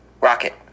Rocket